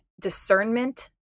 discernment